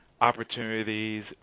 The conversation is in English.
opportunities